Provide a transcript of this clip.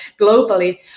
globally